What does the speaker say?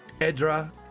Edra